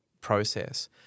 process